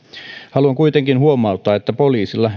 haluan kuitenkin huomauttaa että poliisilla